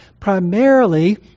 primarily